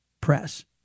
press